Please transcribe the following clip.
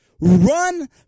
Run